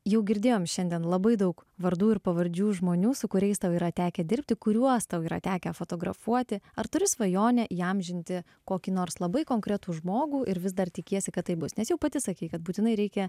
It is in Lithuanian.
jau girdėjom šiandien labai daug vardų ir pavardžių žmonių su kuriais tau yra tekę dirbti kuriuos tau yra tekę fotografuoti ar turi svajonę įamžinti kokį nors labai konkretų žmogų ir vis dar tikiesi kad taip bus nes jau pati sakei kad būtinai reikia